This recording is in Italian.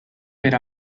per